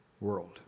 world